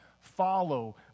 follow